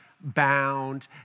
bound